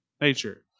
nature